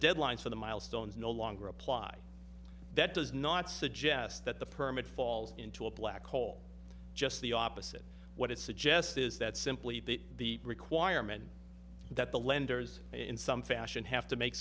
deadlines for the milestones no longer apply that does not suggest that the permit falls into a black hole just the opposite what it suggests is that simply that the requirement that the lenders in some fashion have to make